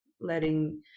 letting